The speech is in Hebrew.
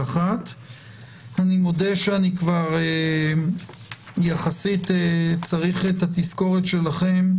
אני מודה שאני כבר יחסית צריך את התזכורת שלכם.